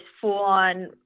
full-on